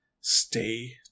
Stay